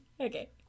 Okay